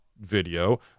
video